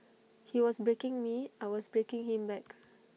he was breaking me I was breaking him back